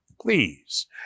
Please